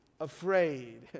afraid